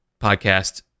Podcast